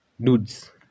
Dudes